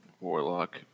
warlock